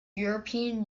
european